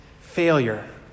failure